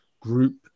group